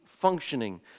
functioning